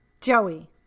Joey